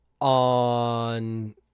on